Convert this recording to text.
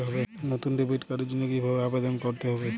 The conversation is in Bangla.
নতুন ডেবিট কার্ডের জন্য কীভাবে আবেদন করতে হবে?